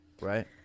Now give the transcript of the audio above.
right